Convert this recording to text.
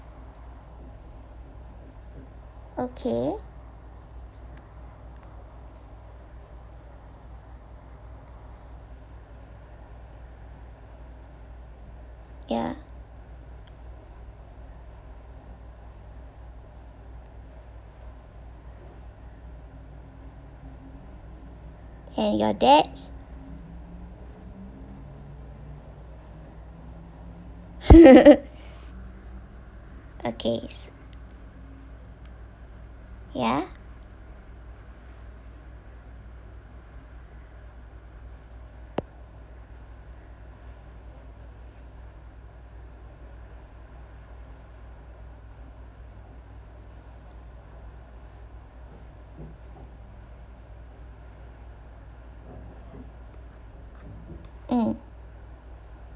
okay ya and your dad's okay yes ya mm